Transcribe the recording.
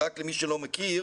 למי שלא מכיר